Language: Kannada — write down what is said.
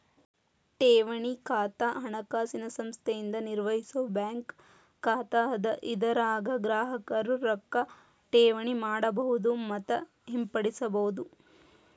ಠೇವಣಿ ಖಾತಾ ಹಣಕಾಸಿನ ಸಂಸ್ಥೆಯಿಂದ ನಿರ್ವಹಿಸೋ ಬ್ಯಾಂಕ್ ಖಾತಾ ಅದ ಇದರಾಗ ಗ್ರಾಹಕರು ರೊಕ್ಕಾ ಠೇವಣಿ ಮಾಡಬಹುದು ಮತ್ತ ಹಿಂಪಡಿಬಹುದು